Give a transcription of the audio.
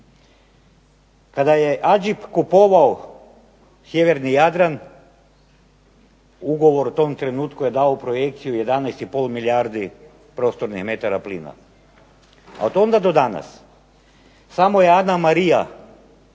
Kada je AGIP kupovao sjeverni Jadran ugovor u tom trenutku je dao projekciju 11,5 milijardi prostornih metara plina, od onda do danas samo je Anamarija